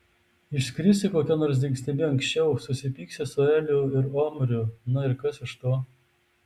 išskrisi kokia nors dingstimi anksčiau susipyksi su eliu ir omriu na ir kas iš to